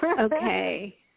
Okay